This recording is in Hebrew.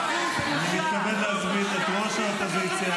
--- אני מתכבד להזמין את ראש האופוזיציה